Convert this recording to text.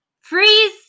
Freeze